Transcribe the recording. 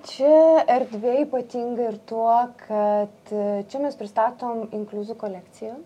čia erdvė ypatinga ir tuo kad čia mes pristatom inkliuzų kolekciją